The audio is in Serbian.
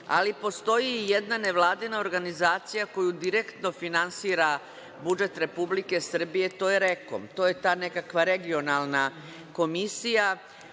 Srbije. Postoji i jedna nevladina organizacija koju direktno finansira budžet Republike Srbije to je REKOM, to je ta nekakva Regionalna komisija,